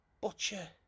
Butcher